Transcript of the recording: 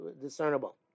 discernible